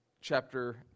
chapter